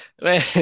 Man